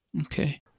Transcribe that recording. Okay